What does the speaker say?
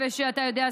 כפי שאתה יודע,